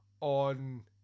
on